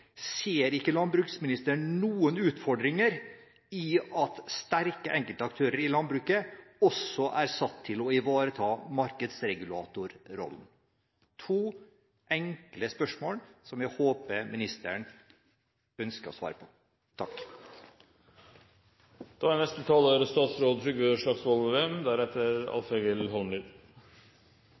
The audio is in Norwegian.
Ser ikke landbruksministeren noen utfordringer i at sterke enkeltaktører i landbruket også er satt til å ivareta markedsregulatorrollen? Det var to enkle spørsmål som jeg håper ministeren ønsker å svare på.